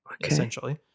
essentially